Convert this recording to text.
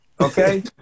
okay